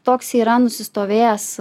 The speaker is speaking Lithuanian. toks yra nusistovėjęs